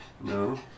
No